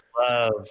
love